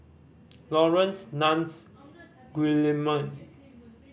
Laurence Nunns Guillemard